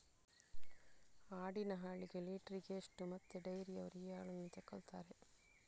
ಆಡಿನ ಹಾಲಿಗೆ ಲೀಟ್ರಿಗೆ ಎಷ್ಟು ಮತ್ತೆ ಡೈರಿಯವ್ರರು ಈ ಹಾಲನ್ನ ತೆಕೊಳ್ತಾರೆ?